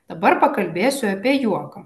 dabar pakalbėsiu apie juoką